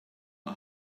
are